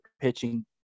pitching